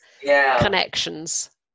connections